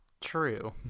true